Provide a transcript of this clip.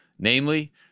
Namely